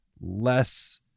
less